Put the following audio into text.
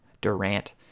Durant